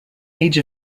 age